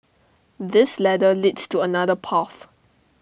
this ladder leads to another path